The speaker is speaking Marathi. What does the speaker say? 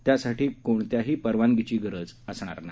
त्यासाठी कोणत्याही परवानगीची गरज असणार नाही